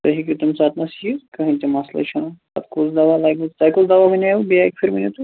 تُہۍ ہیٚکِو تَمہِ ساتہٕ یِتھ کِہیٖنٛۍ تہٕ مَسلے چھُنہٕ پتہٕ کُس دۅہ لَگوٕ تۅہہِ کُس دوا ووٚنیوٕ بیٚیہِ اکہِ پھِرَِ ؤنِو تُہۍ